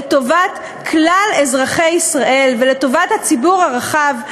לטובת כלל אזרחי ישראל ולטובת הציבור הרחב,